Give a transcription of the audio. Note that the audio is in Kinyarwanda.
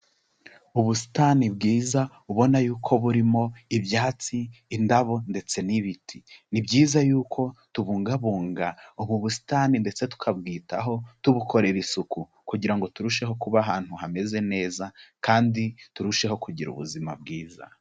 Ubusitani bwiza ubona yuko burimo ibyatsi, indabo ndetse n'ibiti, ni byiza yuko tubungabunga ubu busitani ndetse tukabwitaho tubukorera isuku kugira ngo turusheho kuba ahantu hameze neza kandi turusheho kugira ubuzima bwiza.